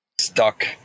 stuck